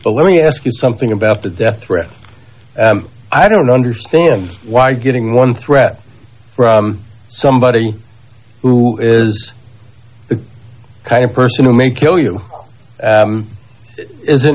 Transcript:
well let me ask you something about the death threat i don't understand why getting one threat somebody who is the kind of person who may kill you isn't